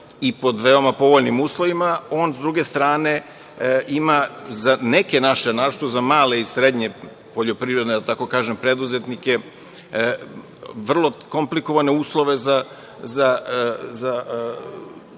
i pod veoma povoljnim uslovima, on, sa druge strane, ima za neke naše, a naročito za male i srednje poljoprivredne preduzetnike vrlo komplikovane uslove za